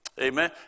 Amen